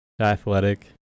Athletic